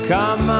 Come